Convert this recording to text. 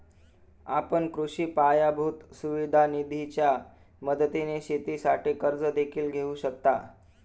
आपण कृषी पायाभूत सुविधा निधीच्या मदतीने शेतीसाठी कर्ज देखील घेऊ शकता